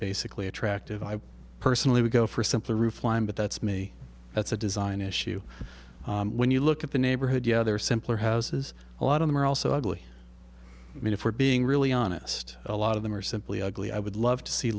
basically attractive i personally would go for a simpler roof line but that's me that's a design issue when you look at the neighborhood yeah there are simpler houses a lot of them are also ugly i mean if we're being really honest a lot of them are simply ugly i would love to see